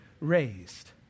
raised